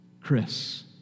Chris